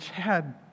Chad